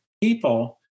people